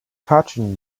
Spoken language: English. touching